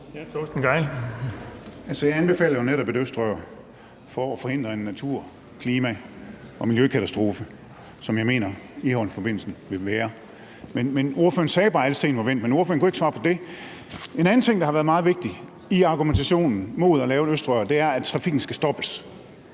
Jeg anbefaler jo netop et østrør for at forhindre en natur-, klima- og miljøkatastrofe, som jeg mener Egholmforbindelsen vil være. Ordføreren sagde bare, at alle sten var vendt, men ordføreren kunne ikke svare på det her. En anden ting, der har været meget vigtigt i argumentationen mod at lave et østrør, er, at trafikken skal stoppes.